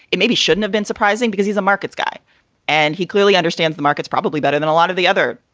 it maybe shouldn't have been surprising because he's a markets guy and he clearly understands the markets probably better than a lot of the other,